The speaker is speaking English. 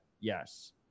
Yes